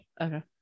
okay